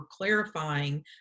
clarifying